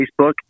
Facebook